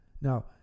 Now